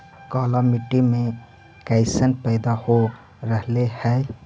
काला मिट्टी मे कैसन पैदा हो रहले है?